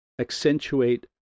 accentuate